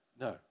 No